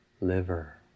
liver